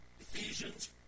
Ephesians